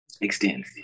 extend